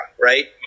right